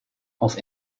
auf